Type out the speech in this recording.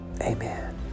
Amen